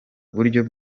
buryo